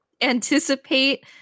anticipate